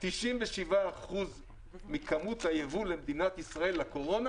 97% מכמות הייבוא למדינת ישראל לקורונה,